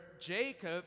Jacob